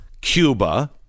Cuba